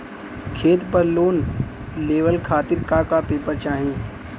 खेत पर लोन लेवल खातिर का का पेपर चाही?